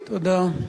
תודה.